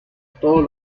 todos